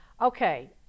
Okay